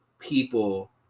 people